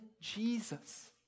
Jesus